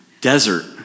desert